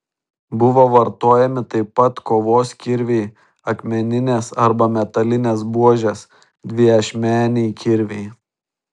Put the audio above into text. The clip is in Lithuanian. buvo vartojami taip pat kovos kirviai akmeninės arba metalinės buožės dviašmeniai kirviai